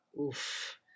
Oof